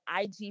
IG